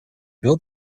built